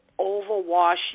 overwash